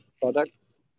products